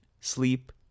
sleep